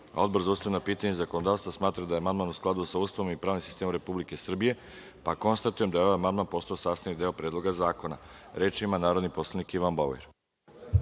Odbor za ustavna pitanja i zakonodavstvo smatra da je amandman u skladu sa Ustavom i pravnim sistemom Republike Srbije, pa konstatujem da je ovaj amandman postao sastavni deo Predloga zakona. Reč ima narodni poslanik Marko